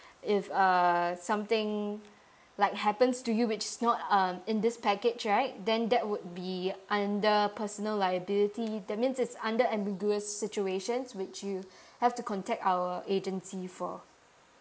if uh something like happens to you which is not uh in this package right then that would be under personal liability that means it's under ambiguous situation which you have to contact our agency for